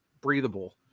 breathable